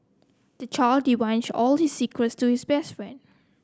the child divulged all his secrets to his best friend